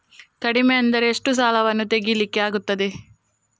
ಕಡಿಮೆ ಅಂದರೆ ಎಷ್ಟು ಸಾಲವನ್ನು ತೆಗಿಲಿಕ್ಕೆ ಆಗ್ತದೆ?